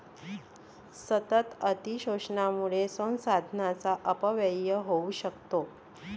सतत अतिशोषणामुळे संसाधनांचा अपव्यय होऊ शकतो